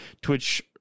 Twitch